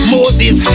Moses